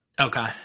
Okay